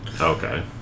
Okay